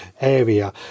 area